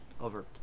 over